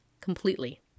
completely